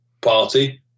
party